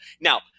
now –